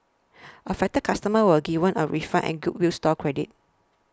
affected customers were given a refund and goodwill store credit